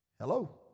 Hello